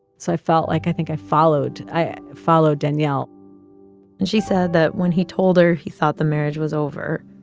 so i felt like i think i followed i followed daniel and she said that when he told her he thought the marriage was over,